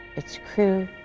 its crew,